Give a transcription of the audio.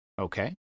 Okay